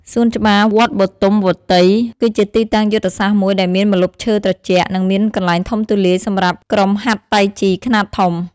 សួនច្បារវត្តបទុមវតី គឺជាទីតាំងយុទ្ធសាស្ត្រមួយដែលមានម្លប់ឈើត្រជាក់ និងមានកន្លែងធំទូលាយសម្រាប់ក្រុមហាត់តៃជីខ្នាតធំ។